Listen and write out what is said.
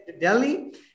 Delhi